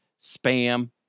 spam